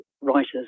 writers